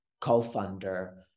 co-founder